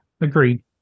agreed